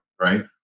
Right